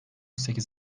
sekiz